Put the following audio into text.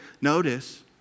Notice